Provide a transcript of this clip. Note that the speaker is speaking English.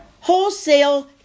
wholesale